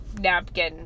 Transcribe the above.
napkin